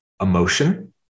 emotion